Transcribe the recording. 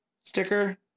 sticker